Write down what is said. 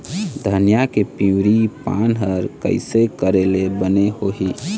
धनिया के पिवरी पान हर कइसे करेले बने होही?